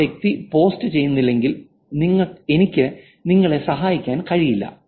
ആ വ്യക്തി പോസ്റ്റ് ചെയ്യുന്നില്ലെങ്കിൽ എനിക്ക് നിങ്ങളെ സഹായിക്കാൻ കഴിയില്ല